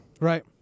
Right